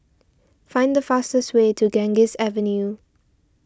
find the fastest way to Ganges Avenue